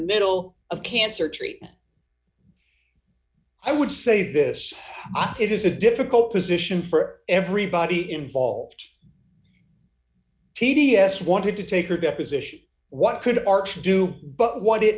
middle of cancer treatment i would say this it is a difficult position for everybody involved t d s wanted to take her deposition what could our to do but what it